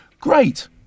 Great